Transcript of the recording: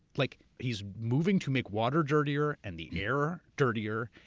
like he's moving to make water dirtier and the air dirtier,